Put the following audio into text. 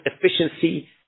efficiency